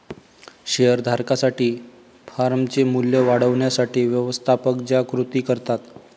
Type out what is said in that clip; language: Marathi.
शेअर धारकांसाठी फर्मचे मूल्य वाढवण्यासाठी व्यवस्थापक ज्या कृती करतात